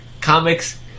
comics